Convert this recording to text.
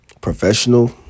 professional